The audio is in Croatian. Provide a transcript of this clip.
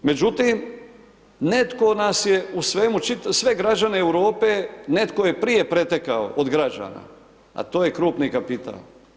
Međutim, netko nas je u svemu, sve građane Europe, netko je prije pretekao od građana, a to je krupni kapital.